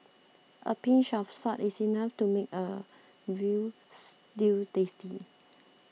a pinch of salt is enough to make a Veal Stew tasty